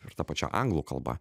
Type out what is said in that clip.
ir ta pačia anglų kalba